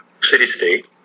city-state